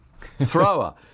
Thrower